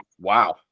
Wow